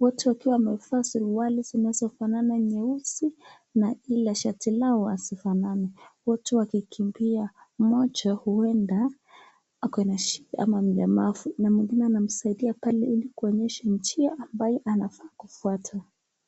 wote wakiwa suruali zinazofana nyeusi na hila shati yao hazifanani wote wakikimbia moja uenda akona na shida ana ni mlemavu na mwingine anamsaidia pale hili kuonyesha njia anafaa kufuata.